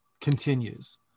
continues